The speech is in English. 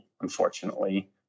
unfortunately